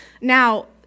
Now